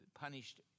punished